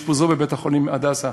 לאשפוזו בבית-החולים "הדסה"